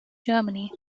germany